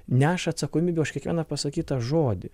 neša atsakomybę už kiekvieną pasakytą žodį